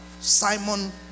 Simon